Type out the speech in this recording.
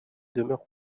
demeures